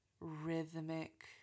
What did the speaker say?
rhythmic